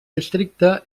districte